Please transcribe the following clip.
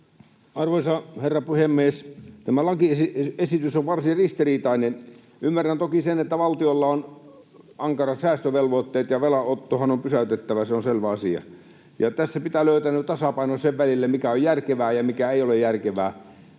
Arvoisa herra puhemies! Tämä lakiesitys on varsin ristiriitainen. Ymmärrän toki sen, että valtiolla on ankarat säästövelvoitteet ja velanottohan on pysäytettävä, se on selvä asia, ja tässä pitää löytää nyt tasapaino sen välille, mikä on järkevää ja mikä ei ole järkevää.